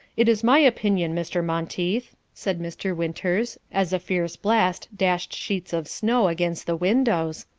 it is my opinion, mr. monteith, said mr. winters, as a fierce blast dashed sheets of snow against the windows,